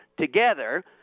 together